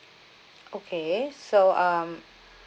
okay so um